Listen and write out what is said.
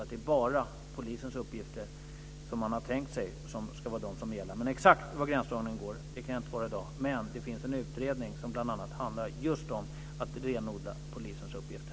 Det är bara polisens uppgifter, har man tänkt sig, som ska gälla. Exakt var gränsdragningen går kan jag inte svara på i dag, men det finns en utredning som bl.a. handlar just om att renodla polisens uppgifter.